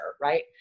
right